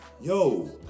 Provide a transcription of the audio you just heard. yo